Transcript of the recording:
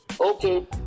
Okay